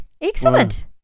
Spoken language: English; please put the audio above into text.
Excellent